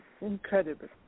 incredible